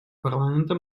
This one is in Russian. парламента